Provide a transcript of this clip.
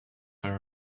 her